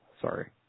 sorry